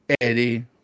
eddie